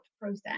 process